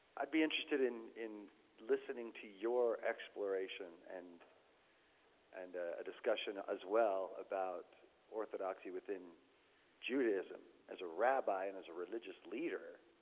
i'd be interested in in listening to your exploration and and a discussion as well about orthodoxy within judaism as a rabbi and as a religious leader,